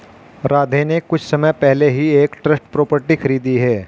राधे ने कुछ समय पहले ही एक ट्रस्ट प्रॉपर्टी खरीदी है